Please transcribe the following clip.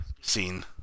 scene